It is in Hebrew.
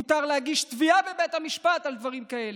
מותר להגיש תביעה לבית משפט על דברים כאלה.